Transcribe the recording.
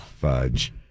Fudge